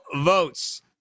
votes